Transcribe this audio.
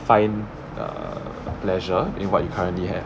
find err pleasure in what you currently have